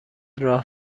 راه